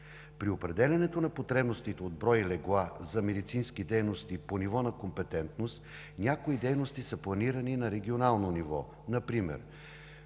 При определянето на потребностите от брой легла за медицински дейности по ниво на компетентност някои дейности са планирани на регионално ниво. Например: